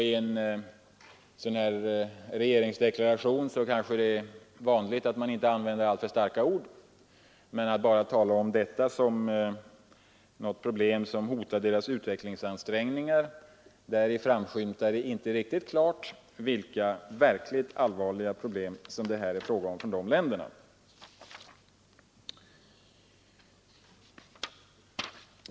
I en deklaration som denna kanske det är vanligt att inte använda alltför starka ord, men i talet om dessa problem som något som hotar u-ländernas utvecklingsansträngningar framskymtar inte klart vilka verkligt allvarliga problem som det här är fråga om för de länderna.